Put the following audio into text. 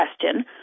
question